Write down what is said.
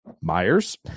Myers